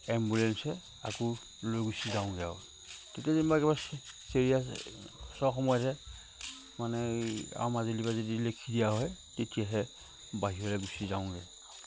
এম্বুলেঞ্চেৰে আকৌ লৈ গুচি যাওঁগে আৰু তেতিয়া যেনিবা কিবা ছিৰিয়াছৰ সময়তহে মানে আমাৰ মাজুলীৰ পৰা যদি লেখি দিয়া হয় তেতিয়াহে বাহিৰলে গুচি যাওঁগে